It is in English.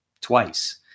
twice